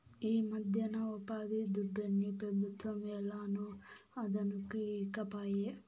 ఈమధ్యన ఉపాధిదుడ్డుని పెబుత్వం ఏలనో అదనుకి ఈకపాయే